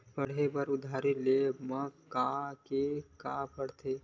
पढ़े बर उधारी ले मा का का के का पढ़ते?